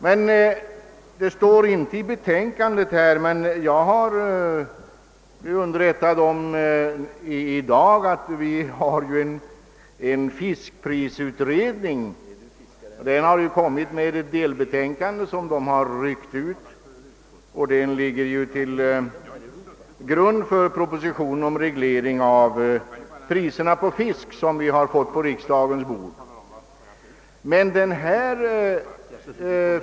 Jag har i dag blivit underrättad om — detta står visserligen inte i betänkandet — att fiskprisutredningen har framlagt ett delbetänkande, som har lagts till grund för en proposition om reglering av priserna på fisk. Denna proposition ligger på riksdagens bord.